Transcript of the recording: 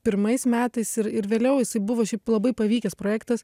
pirmais metais ir ir vėliau jisai buvusi šiaip labai pavykęs projektas